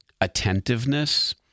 attentiveness